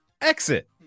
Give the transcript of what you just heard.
exit